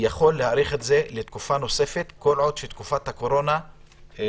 יכול להאריך את זה לתקופה נוספת כל עוד תקופת הקורונה קיימת.